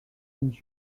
and